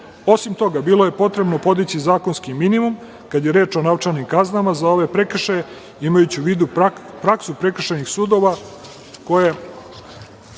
toga, bilo je potrebno podići zakonski minimum kada je reč o novčanim kaznama za ove prekršaje, imajući u vidu praksu prekršajnih sudova koje